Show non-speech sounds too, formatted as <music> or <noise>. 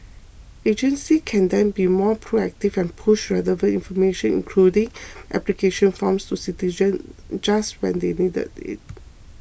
agencies can then be more proactive and push relevant information including <noise> application forms to citizens just when they needed it